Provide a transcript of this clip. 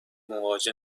مواجه